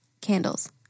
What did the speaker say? candles